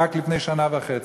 רק לפני שנה וחצי,